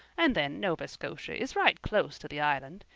and then nova scotia is right close to the island.